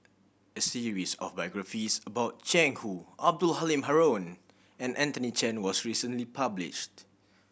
a series of biographies about Jiang Hu Abdul Halim Haron and Anthony Chen was recently published